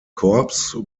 korps